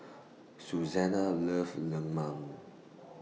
Susanna loves Lemang